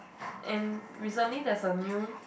and recently there's a new